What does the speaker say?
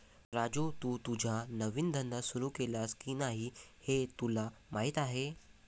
राजू, तू तुझा नवीन धंदा सुरू केलास की नाही हे तुला माहीत आहे